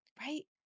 Right